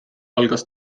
algas